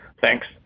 Thanks